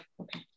okay